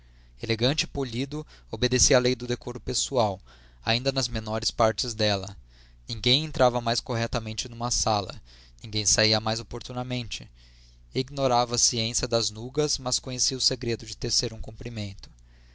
e polido obedecia à lei do decoro pessoal ainda nas menores partes dela ninguém entrava mais corretamente numa sala ninguém saía mais oportunamente ignorava a ciência das nugas mas conhecia o segredo de tecer um cumprimento